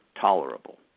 tolerable